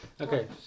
Okay